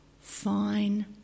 fine